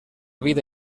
vida